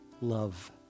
love